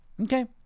Okay